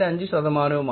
5 ശതമാനവുമാണ്